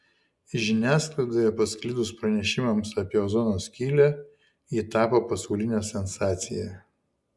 žiniasklaidoje pasklidus pranešimams apie ozono skylę ji tapo pasauline sensacija